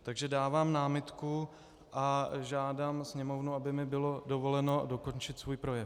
Takže dávám námitku a žádám Sněmovnu, aby mi bylo dovoleno dokončit svůj projev.